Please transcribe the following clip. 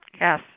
Yes